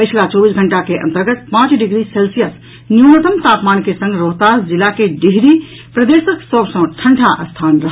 पछिला चौबीस घंटा के अन्तर्गत पांच डिग्री सेल्सियस न्यूनतम तापमान के संग रोहतास जिला के डिहरी प्रदेशक सभ सँ ठंढ़ा स्थान रहल